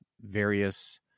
various